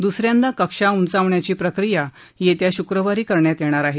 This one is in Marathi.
द्सऱ्यांदा कक्षा उंचावण्याची प्रक्रिया येत्या शुक्रवारी करण्यात येणार आहे